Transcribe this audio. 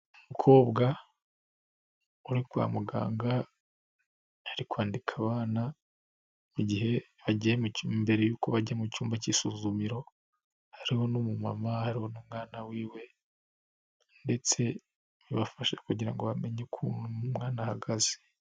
Umukobwa ukora kwa muganga ari kwandika abana mbere y'uko bajya mu cyumba cy'isuzumiro, hari umu mama, hari n umwana we, ndetse abafasha kugira ngo bamenye ukuntu umwana we ahagaze.